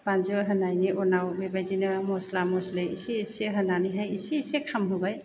बानलु होनायनि उनाव बेबायदिनो मस्ला मस्लि इसे इसे होनानैहाय इसे इसे खामहोबाय